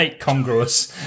congruous